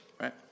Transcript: Right